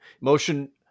motion